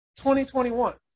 2021